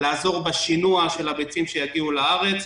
לעזור בשינוע של הביצים שיגיעו לארץ,